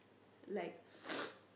like